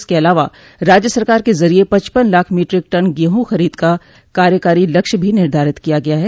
इसके अलावा राज्य सरकार के जरिय पचपन लाख मीट्रिक टन गेहूं खरीद का कार्यकारी लक्ष्य भी निर्धारित किया गया है